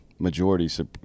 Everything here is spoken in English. majority